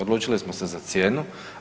Odlučili smo se za cijenu.